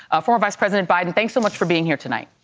ah former vice president biden, thanks so much for being here tonight.